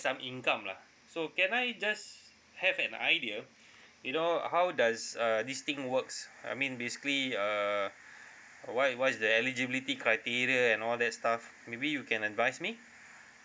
some income lah so can I just have an idea you know how does uh this thing works I mean basically uh what what is the eligibility criteria and all that stuff maybe you can advise me